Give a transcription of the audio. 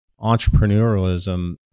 entrepreneurialism